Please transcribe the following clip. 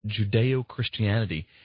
Judeo-Christianity